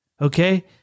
Okay